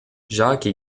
jacques